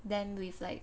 them with like